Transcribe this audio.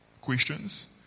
questions